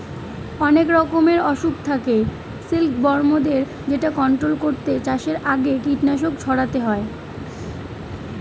অনেক রকমের অসুখ থাকে সিল্কবরমদের যেটা কন্ট্রোল করতে চাষের আগে কীটনাশক ছড়াতে হয়